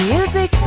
Music